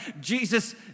Jesus